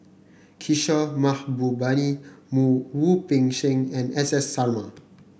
Kishore Mahbubani Wu Peng Seng and S S Sarma